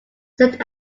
said